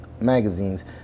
magazines